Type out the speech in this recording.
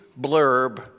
blurb